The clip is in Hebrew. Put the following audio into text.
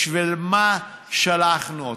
בשביל מה שלחנו אתכם?